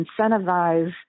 incentivize